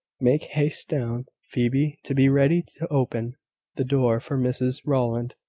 make haste down, phoebe, to be ready to open the door for mrs rowland.